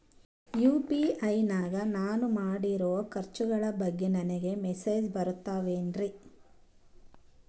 UPI ನಾಗ ನಾನು ಮಾಡಿರೋ ಖರ್ಚುಗಳ ಬಗ್ಗೆ ನನಗೆ ಮೆಸೇಜ್ ಬರುತ್ತಾವೇನ್ರಿ?